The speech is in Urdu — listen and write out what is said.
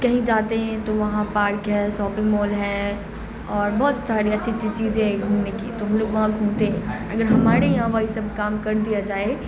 کہیں جاتے ہیں تو وہاں پارک ہے ساپنگ مال ہے اور بہت ساری اچھی اچھی چیزیں گھومنے کی تو ہم لوگ وہاں گھومتے ہیں اگر ہمارے یہاں وہی سب کام کر دیا جائے